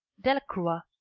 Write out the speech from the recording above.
delacroix,